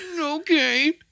Okay